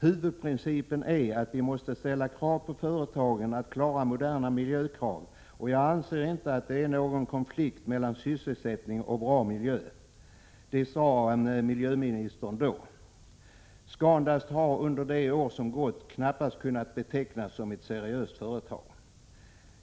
Huvudprincipen är att vi måste ställa krav på företagen att klara moderna miljökrav och jag anser inte att det är någon konflikt mellan sysselsättning och bra miljö.” Det sade alltså miljöministern. Scandust har under de år som gått knappast kunnat betecknas som ett seriöst företag.